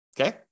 okay